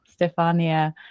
Stefania